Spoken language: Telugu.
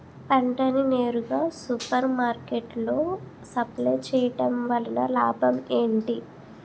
పంట ని నేరుగా సూపర్ మార్కెట్ లో సప్లై చేయటం వలన లాభం ఏంటి?